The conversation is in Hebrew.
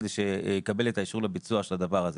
כדי שיקבל את האישור לביצוע של הדבר הזה.